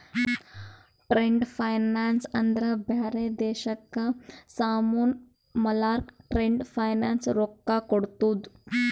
trade finance ಅಂದ್ರ ಬ್ಯಾರೆ ದೇಶಕ್ಕ ಸಾಮಾನ್ ಮಾರ್ಲಕ್ ಟ್ರೇಡ್ ಫೈನಾನ್ಸ್ ರೊಕ್ಕಾ ಕೋಡ್ತುದ್